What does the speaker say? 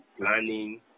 planning